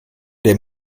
der